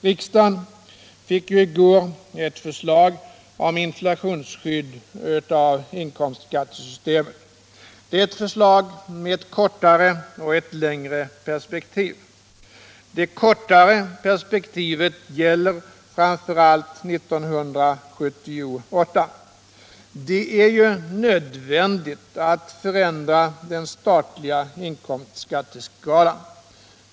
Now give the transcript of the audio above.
Riksdagen fick i går ett förslag om inflationsskydd i inkomstskattesystemet. Det är ett förslag med ett kortare och ett längre perspektiv. Det kortare perspektivet gäller framför allt 1978. Det är ju nödvändigt att förändra den statliga inkomstskatteskalan.